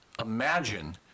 imagine